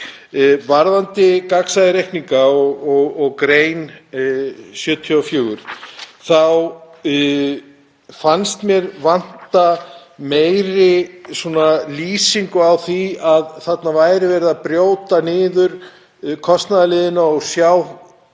Varðandi gagnsæið, reikninga og 74. gr., þá finnst mér vanta meiri lýsingu á því að þarna sé verið að brjóta niður kostnaðarliðina og sjá